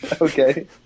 Okay